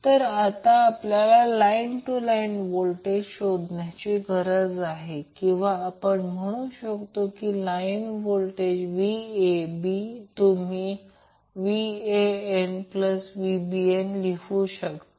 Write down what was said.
तर आता आपल्याला लाईन टू लाईन व्होल्टेज शोधण्याची गरज आहे किंवा आपण सहज म्हणू शकतो की लाईन व्होल्टेज VAB तुम्ही VAN प्लस VNB लिहू शकता